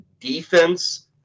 defense